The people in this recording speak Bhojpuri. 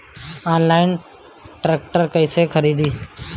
आनलाइन ट्रैक्टर कैसे खरदी?